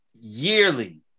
yearly